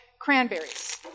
cranberries